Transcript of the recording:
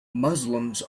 muslims